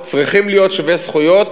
צריכים להיות שווי זכויות,